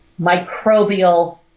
microbial